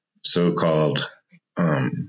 so-called